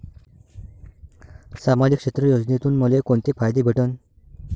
सामाजिक क्षेत्र योजनेतून मले कोंते फायदे भेटन?